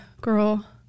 girl